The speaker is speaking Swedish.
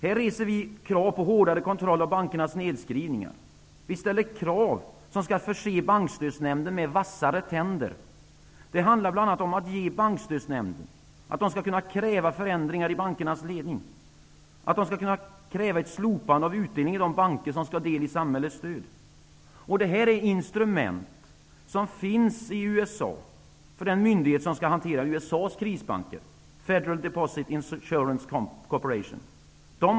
Här reser vi krav på hårdare kontroll av bankernas nedskrivningar och krav på att Bankstödsnämnden förses med vassare tänder. Det handlar bl.a. om att Bankstödsnämnden skall kunna kräva förändringar i bankernas ledning och slopande av utdelning i de banker som skall ha del av samhällets stöd. Detta är instrument som finns i USA för den myndighet som skall hantera USA:s krisbanker, Federal Deposit Insurance Corporation.